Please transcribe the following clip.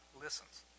listens